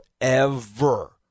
forever